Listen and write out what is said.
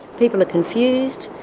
people are confused,